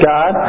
God